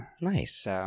Nice